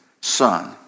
son